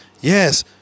Yes